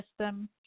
system